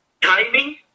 Timing